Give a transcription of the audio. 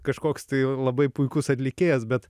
kažkoks tai labai puikus atlikėjas bet